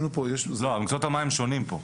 לא, מקצועות המים שונים פה.